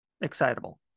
excitable